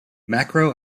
macro